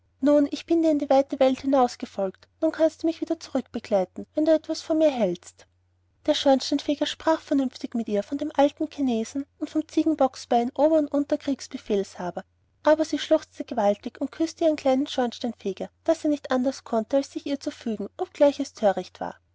nun bin ich dir in die weite welt hinaus gefolgt nun kannst du mich auch wieder zurückbegleiten wenn du etwas von mir hältst der schornsteinfeger sprach vernünftig mit ihr von dem alten chinesen und vom ziegenbocksbein ober und unterkriegsbefehlshaber aber sie schluchzte gewaltig und küßte ihren kleinen schornsteinfeger daß er nicht anders konnte als sich ihr fügen obgleich es thöricht war